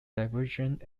divergent